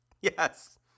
Yes